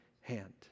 hand